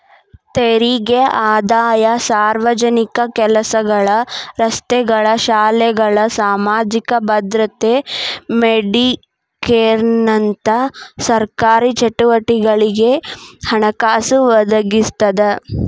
ತೆರಿಗೆ ಆದಾಯ ಸಾರ್ವಜನಿಕ ಕೆಲಸಗಳ ರಸ್ತೆಗಳ ಶಾಲೆಗಳ ಸಾಮಾಜಿಕ ಭದ್ರತೆ ಮೆಡಿಕೇರ್ನಂತ ಸರ್ಕಾರಿ ಚಟುವಟಿಕೆಗಳಿಗೆ ಹಣಕಾಸು ಒದಗಿಸ್ತದ